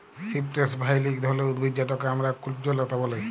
cypress vine ইক ধরলের উদ্ভিদ যেটকে আমরা কুল্জলতা ব্যলে